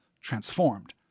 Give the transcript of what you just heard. transformed